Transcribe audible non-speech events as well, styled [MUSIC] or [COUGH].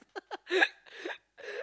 [LAUGHS]